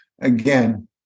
again